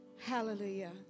Hallelujah